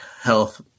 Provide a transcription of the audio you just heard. health